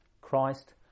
Christ